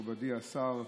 מכובדי השר,